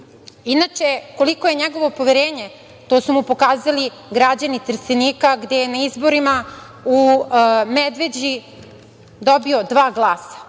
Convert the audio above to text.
Trstenika. Koliko je njegovo poverenje, to su mu pokazali građani Trstenika, gde je na izborima u Medveđi dobio dva glasa.